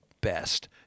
best